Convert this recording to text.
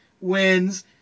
Wins